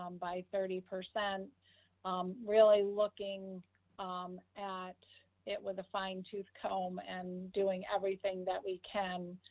um by thirty percent really looking at it with a fine tooth comb and doing everything that we can,